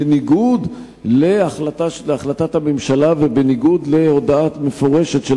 בניגוד להחלטת הממשלה ובניגוד להודעה מפורשת של